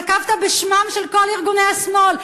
נקבת בשמותיהם של כל ארגוני השמאל.